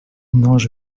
nós